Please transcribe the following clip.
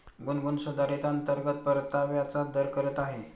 गुनगुन सुधारित अंतर्गत परताव्याचा दर करत आहे